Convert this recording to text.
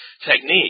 technique